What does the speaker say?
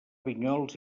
vinyols